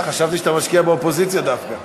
אה, חשבתי שאתה משקיע באופוזיציה דווקא.